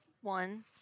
one